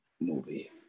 movie